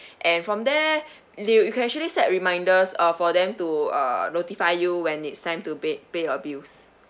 and from there you can actually set reminders uh for them to uh notify you when it's time to pay pay your bills